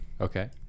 Okay